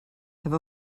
have